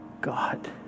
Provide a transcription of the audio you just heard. God